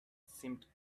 seemed